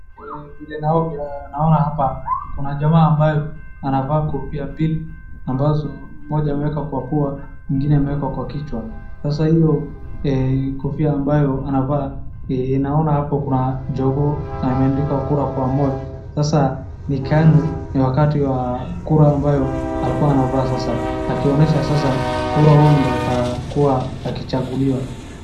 Vile naona hapa kuna jamaa ambaye anavaa kofia mbili ambazo moja ameweka kwa pua ingine ameweka kwa kichwa, sasa hiyo kofia ambayo anavaa, naona hapo kuna jogoo amendikwa kura kwa Moi, sasa ni KANU , ni wakati wa kura ambayo alikuwa anavaa sasa akionyesha sasa kura huyu ndio atakuwa akichaguliwa.